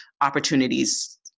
opportunities